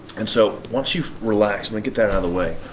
and so once you relax, i'm gonna get that out of the way,